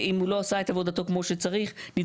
אם הוא לא עשה את עבודתו כמו שצריך נדרשת